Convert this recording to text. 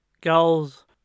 goals